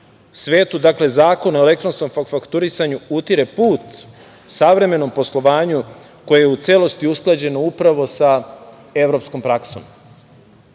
svetu. Dakle, zakon o elektronskom fakturisanju utire put savremenom poslovanju koje u celosti usklađen upravo sa evropskom